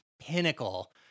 pinnacle